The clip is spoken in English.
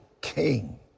King